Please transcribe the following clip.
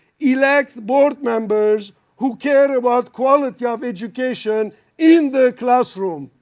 elect board members who care about quality of education in their classroom.